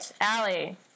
Allie